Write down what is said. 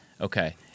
Okay